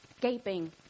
gaping